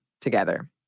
together